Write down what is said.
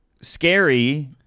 scary